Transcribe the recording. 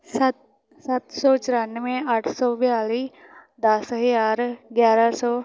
ਸੱਤ ਸੱਤ ਸੌ ਚੁਰਾਨਵੇਂ ਅੱਠ ਸੌ ਬਿਆਲੀ ਦਸ ਹਜ਼ਾਰ ਗਿਆਰਾਂ ਸੌ